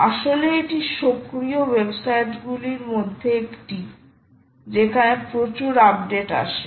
আসলে এটা সক্রিয় ওয়েবসাইটগুলির মধ্যে একটি যেখানে প্রচুর আপডেট আসে